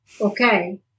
Okay